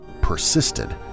persisted